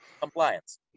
Compliance